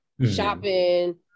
Shopping